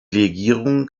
legierung